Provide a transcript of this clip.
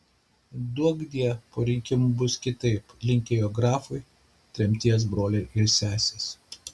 duokdie po rinkimų bus kitaip linkėjo grafui tremties broliai ir sesės